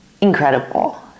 Incredible